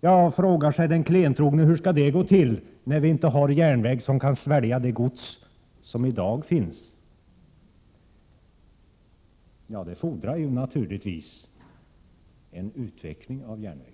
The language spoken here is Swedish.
Men, frågar sig den klentrogne, hur skall det gå till, när vi inte ens har en järnväg som kan svälja det gods som i dag finns? Ja, det fordrar naturligtvis en utveckling av järnvägen.